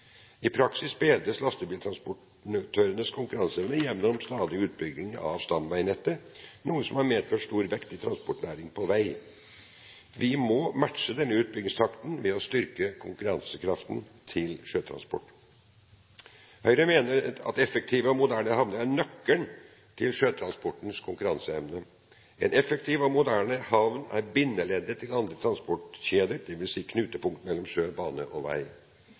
I praksis bedres lastebiltransportørenes konkurranseevne gjennom den stadige utbyggingen av stamveinettet, noe som har medført en stor vekst i næringstransport på vei. Vi må matche denne utbyggingstakten ved å styrke konkurransekraften til sjøtransporten. Høyre mener at effektive og moderne havner er nøkkelen til sjøtransportens konkurranseevne. En effektiv og moderne havn er bindeleddet til andre transportkjeder, dvs. knutepunktet mellom sjø, bane og vei.